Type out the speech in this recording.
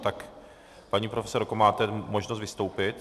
Tak paní profesorko, máte možnost vystoupit.